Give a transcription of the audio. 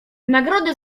nagrodę